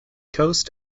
coast